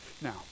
Now